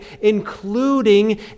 including